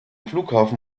flughafen